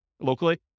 Locally